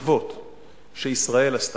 המחוות שישראל עשתה,